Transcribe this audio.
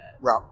Right